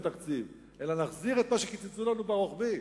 תקציב אלא נחזיר את מה שקיצצו לנו ברוחבי.